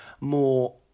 more